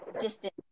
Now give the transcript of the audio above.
distance